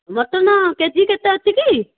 mutton K G କେତେ ଅଛି କି